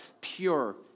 pure